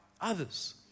others